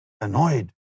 annoyed